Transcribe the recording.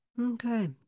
Okay